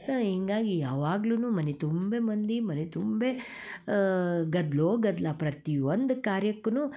ಹೀಗಾಗಿ ಯಾವಾಗ್ಲೂ ಮನೆ ತುಂಬ ಮಂದಿ ಮನೆ ತುಂಬ ಗದ್ದಲೋ ಗದ್ದಲ ಪ್ರತಿ ಒಂದು ಕಾರ್ಯಕ್ಕೂ